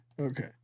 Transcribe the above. Okay